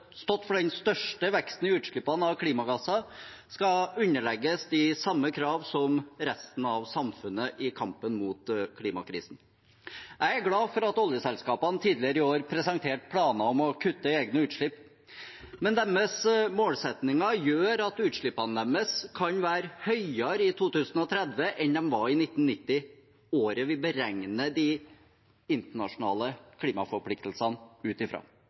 stått for den største veksten i utslippene av klimagasser, skal underlegges de samme kravene som resten av samfunnet i kampen mot klimakrisen. Jeg er glad for at oljeselskapene tidligere i år presenterte planer om å kutte egne utslipp, men deres målsettinger gjør at utslippene deres kan bli høyere i 2030 enn de var i 1990 – året vi beregner de internasjonale klimaforpliktelsene ut